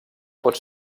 pot